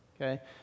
okay